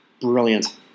brilliant